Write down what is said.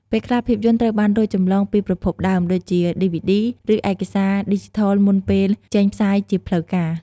ពេលខ្លះ ភាពយន្តត្រូវបានលួចចម្លងពីប្រភពដើម ដូចជាឌីវីឌី ឬឯកសារឌីជីថលមុនពេលចេញផ្សាយជាផ្លូវការ។